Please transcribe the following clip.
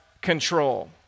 control